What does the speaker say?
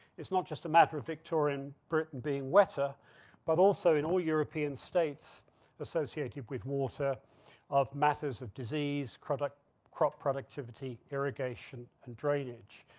it's not just a matter of victorian britain being wetter but also in all european states associated with water of matters of disease, crop ah crop productivity, irrigation, and drainage.